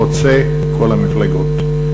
חוצה כל המפלגות.